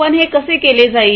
पण हे कसे केले जाईल